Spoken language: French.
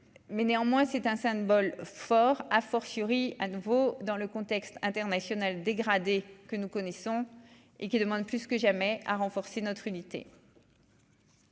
mais néanmoins c'est un symbole fort, à fortiori à nouveau dans le contexte international dégradé que nous connaissons et qui demande plus que jamais à renforcer notre unité.